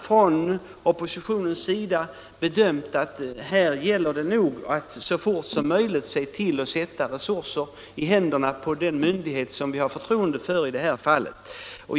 Från oppositionens sida har vi bedömt saken så, att här gäller det att så fort som möjligt se till att resurser sätts i händerna på den myndighet som vi har förtroende för.